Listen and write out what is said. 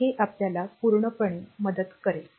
हे आपल्याला पूर्णपणे मदत करेल